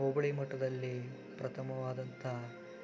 ಹೋಬಳಿ ಮಟ್ಟದಲ್ಲಿ ಪ್ರಥಮವಾದಂತಹ